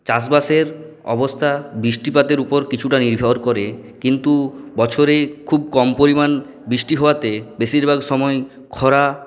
চাষ বাসের অবস্থা বৃষ্টিপাতের উপর কিছুটা নির্ভর করে কিন্তু বছরে খুব কম পরিমাণ বৃষ্টি হওয়াতে বেশিরভাগ সময়ই খরা